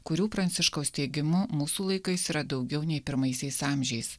kurių pranciškaus teigimu mūsų laikais yra daugiau nei pirmaisiais amžiais